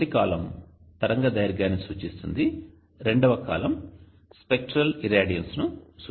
మొదటి కాలమ్ తరంగదైర్ఘ్యాన్ని సూచిస్తుంది రెండవ కాలమ్ స్పెక్ట్రల్ ఇరాడియన్స్ను సూచిస్తుంది